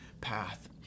path